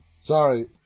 Sorry